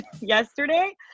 yesterday